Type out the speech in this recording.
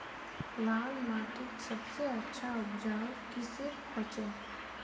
लाल माटित सबसे अच्छा उपजाऊ किसेर होचए?